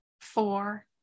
four